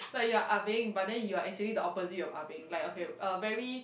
like you are ah beng but then you are actually the opposite of ah beng like okay uh very